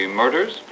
murders